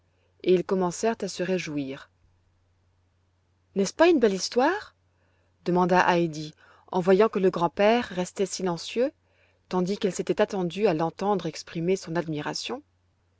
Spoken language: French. et ils commencèrent à se réjouir n'est-ce pas une belle histoire demanda heidi en voyant que le grand-père restait silencieux tandis qu'elle s'était attendue à l'entendre exprimer son admiration